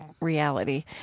reality